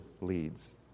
leads